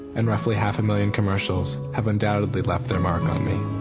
and roughly half a million commercials have undoubtedly left their mark on me.